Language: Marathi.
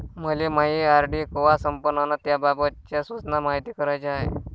मले मायी आर.डी कवा संपन अन त्याबाबतच्या सूचना मायती कराच्या हाय